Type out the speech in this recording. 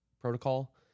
protocol